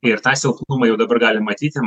ir tą silpnumą jau dabar galim matyti